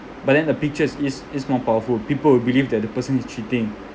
but then the pictures is is more powerful people will believe that the person is cheating